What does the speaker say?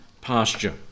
pasture